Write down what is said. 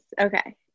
Okay